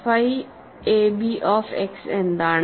phi ab of X എന്താണ്